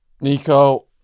Nico